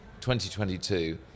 2022